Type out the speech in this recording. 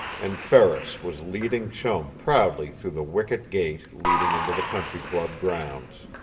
and ferris was leading chum proudly through the wicket gate leading into the country-club grounds.